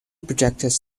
projectors